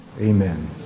amen